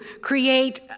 create